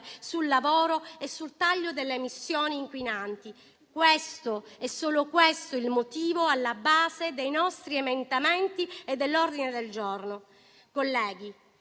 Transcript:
sul lavoro e sul taglio delle emissioni inquinanti. È solo questo il motivo alla base dei nostri emendamenti e dell'ordine del giorno. Colleghi,